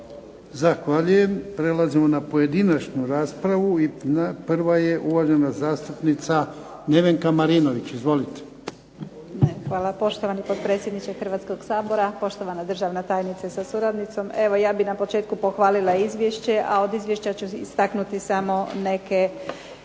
Zahvaljujem. Prelazimo na pojedinačnu raspravu i prva je uvažena zastupnica Nevenka Marinović. Izvolite. **Marinović, Nevenka (HDZ)** Hvala poštovani potpredsjedniče Hrvatskog sabora, poštovana državna tajnice sa suradnicom. Evo ja bih na početku pohvalila Izvješće, a od Izvješća ću istaknuti samo neke